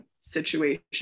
situation